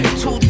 two